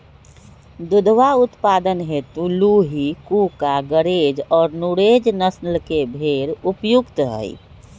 दुधवा उत्पादन हेतु लूही, कूका, गरेज और नुरेज नस्ल के भेंड़ उपयुक्त हई